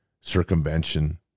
circumvention